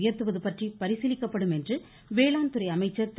உயர்த்துவது பற்றி பரிசீலிக்கப்படும் என்று வேளாண்துறை திரு